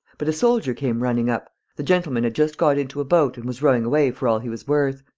but a soldier came running up. the gentleman had just got into a boat and was rowing away for all he was worth.